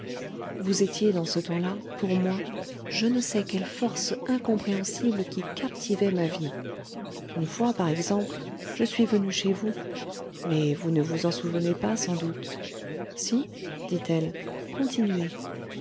vous étiez dans ce temps-là pour moi je ne sais quelle force incompréhensible qui captivait ma vie une fois par exemple je suis venu chez vous mais vous ne vous en souvenez pas sans doute si dit-elle continuez